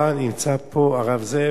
אתה נמצא פה, הרב זאב?